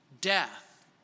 death